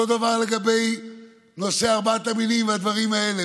אותו דבר לגבי נושא ארבעת המינים והדברים האלה.